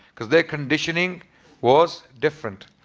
because their conditioning was different.